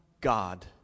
God